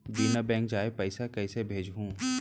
बिना बैंक जाए पइसा कइसे भेजहूँ?